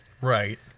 Right